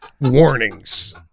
warnings